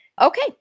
okay